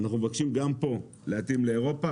אנחנו מבקשים גם פה להתאים לאירופה,